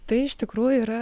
tai iš tikrųjų yra